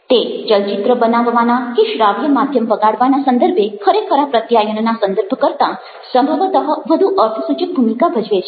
તે ચલચિત્ર બનાવવાના કે શ્રાવ્ય માધ્યમ વગાડવાના સંદર્ભે ખરેખરા પ્રત્યાયનના સંદર્ભ કરતાં સંભવતઃ વધુ અર્થસૂચક ભૂમિકા ભજવે છે